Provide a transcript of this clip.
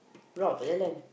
route untuk jalan